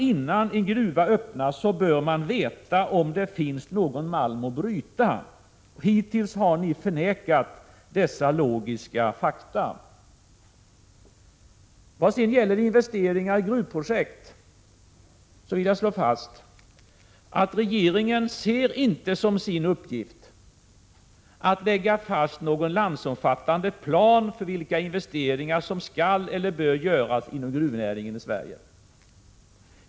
Innan en gruva öppnas bör man veta om det finns någon malm att bryta. Hittills har ni förnekat dessa logiska fakta. Vad sedan gäller investeringar i gruvprojekt vill jag framhålla att regeringen inte ser som sin uppgift att lägga fast någon landsomfattande plan för vilka investeringar som skall eller bör göras inom gruvnäringen i Sverige.